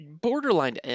borderline